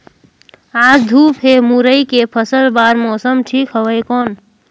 आज धूप हे मुरई के फसल बार मौसम ठीक हवय कौन?